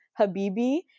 Habibi